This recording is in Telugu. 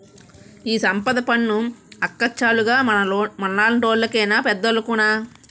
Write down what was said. ఈ సంపద పన్ను అక్కచ్చాలుగ మనలాంటోళ్లు కేనా పెద్దోలుకున్నా